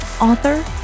author